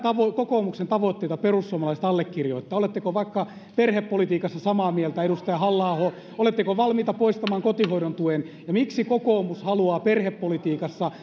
kokoomuksen tavoitteita perussuomalaiset allekirjoittavat oletteko vaikka perhepolitiikassa samaa mieltä edustaja halla aho oletteko valmiita poistamaan kotihoidon tuen ja miksi kokoomus haluaa perhepolitiikassa